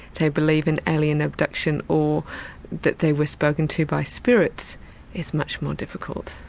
say, believe in alien abduction or that they were spoken to by spirits is much more difficult.